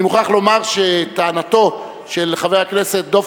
אני מוכרח לומר שטענתו של חבר הכנסת דב